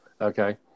Okay